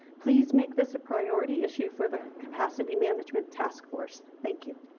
please make this a priority issue for the capacity management task force. thank you.